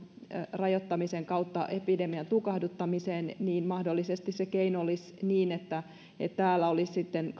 rajoittamisen kautta epidemian tukahduttamiseen niin mahdollisesti se keino olisi niin että täällä olisi sitten